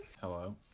Hello